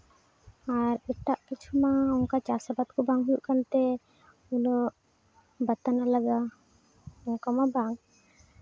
ᱟᱨ ᱮᱴᱟᱜ ᱠᱤᱪᱷᱩ ᱢᱟ ᱚᱱᱠᱟ ᱪᱟᱥ ᱟᱵᱟᱫ ᱠᱚ ᱵᱟᱝ ᱦᱩᱭᱩᱜ ᱠᱟᱱᱛᱮ ᱩᱱᱟᱹᱜ ᱵᱟᱛᱟᱱ ᱞᱟᱜᱟᱜᱼᱟ ᱚᱱᱠᱟᱢᱟ ᱵᱟᱝ